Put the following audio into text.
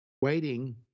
waiting